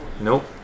Nope